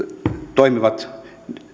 toimivat